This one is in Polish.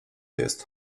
jest